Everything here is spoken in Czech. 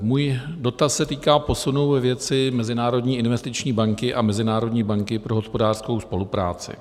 Můj dotaz se týká posunu ve věci Mezinárodní investiční banky a Mezinárodní banky pro hospodářskou spolupráci.